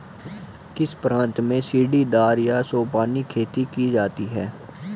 किस प्रांत में सीढ़ीदार या सोपानी खेती की जाती है?